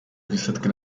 výsledky